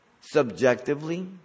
subjectively